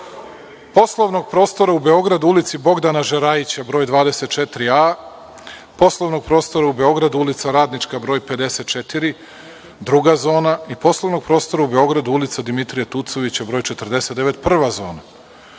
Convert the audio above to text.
poslovnog prostora u Beogradu u ulici Bogdana Žerajića broj 24a, poslovnog prostora u Beogradu ulica Radnička broj 54, druga zona, i poslovnog prostora u Beogradu ulica Dimitrija Tucovića broj 49, prva zona.